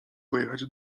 pojechać